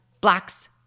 Blacks